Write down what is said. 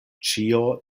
ĉio